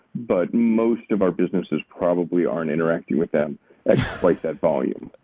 but most of our businesses probably aren't interacting with them like that volume.